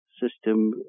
System